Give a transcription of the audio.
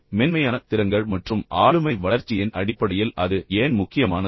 இப்போது மென்மையான திறன்கள் மற்றும் ஆளுமை வளர்ச்சியின் அடிப்படையில் அது ஏன் முக்கியமானது